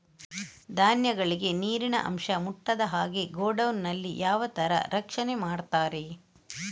ಧಾನ್ಯಗಳಿಗೆ ನೀರಿನ ಅಂಶ ಮುಟ್ಟದ ಹಾಗೆ ಗೋಡೌನ್ ನಲ್ಲಿ ಯಾವ ತರ ರಕ್ಷಣೆ ಮಾಡ್ತಾರೆ?